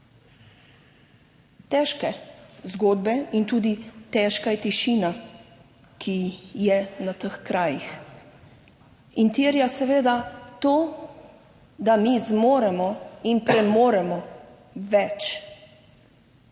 Težke zgodbe in tudi težka je tišina, ki je na teh krajih in terja seveda to, da mi zmoremo in premoremo več